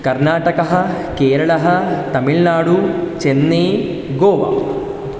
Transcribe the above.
कर्णाटकः केरळा तमिळ्नाडु चेन्नै गोवा